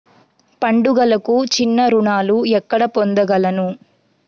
పండుగలకు చిన్న రుణాలు ఎక్కడ పొందగలను?